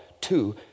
two